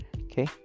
okay